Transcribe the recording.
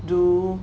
do